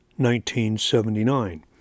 1979